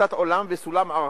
תפיסת עולם וסולם ערכים,